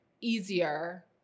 easier